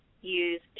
use